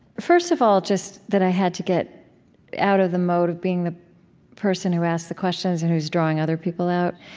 first of all, just that i had to get out of the mode of being the person who asked the questions and who's drawing other people out.